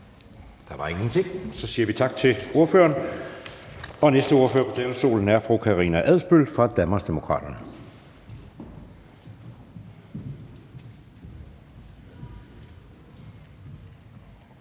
bemærkninger. Så siger vi tak til ordføreren, og næste ordfører på talerstolen er fru Karina Adsbøl fra Danmarksdemokraterne.